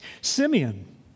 Simeon